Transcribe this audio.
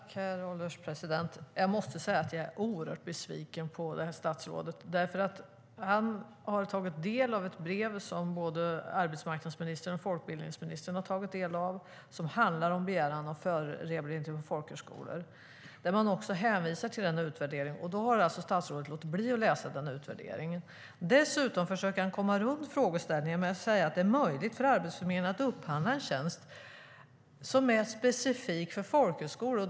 Herr ålderspresident! Jag måste säga att jag är oerhört besviken på statsrådet. Han har tagit del av ett brev, som både arbetsmarknadsministern och folkbildningsministern har tagit del av, som handlar om begäran om förrehabilitering på folkhögskolor, där man också hänvisar till denna utvärdering. Då har alltså statsrådet låtit bli att läsa utvärderingen. Dessutom försöker han komma runt frågeställningen genom att säga att det är möjligt för Arbetsförmedlingen att upphandla en tjänst som är specifik för folkhögskolor.